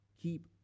keep